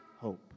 hope